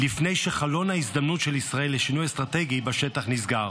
לפני שחלון ההזדמנויות של ישראל לשינוי אסטרטגי בשטח נסגר.